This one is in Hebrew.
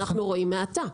אנחנו רואים האטה.